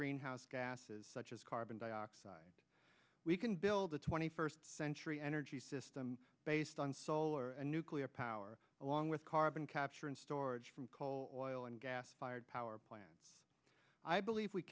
greenhouse gases such as carbon dioxide we can build a twenty first century energy system on solar and nuclear power along with carbon capture and storage from coal oil and gas fired power plants i believe we